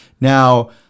now